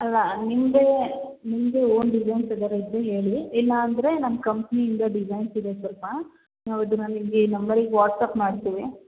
ಅಲ್ಲ ನಿಮ್ಮದೆ ನಿಮ್ಮದೇ ಓನ್ ಡಿಸೈನ್ಸ್ ಯಾವ್ದರ ಇದ್ದರೆ ಹೇಳಿ ಇಲ್ಲ ಅಂದರೆ ನಮ್ಮ ಕಂಪ್ನಿ ಇಂದ ಡಿಸೈನ್ಸ್ ಇದೆ ಸ್ವಲ್ಪ ಹೌದು ನಮಗೆ ಈ ನಂಬರಿಗೆ ವಾಟ್ಸ್ಆ್ಯಪ್ ಮಾಡ್ತೀವಿ